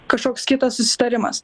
kažkoks kitas susitarimas